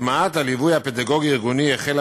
הטמעת הליווי הפדגוגי הארגוני החלה